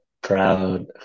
proud